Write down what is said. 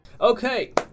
Okay